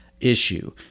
issue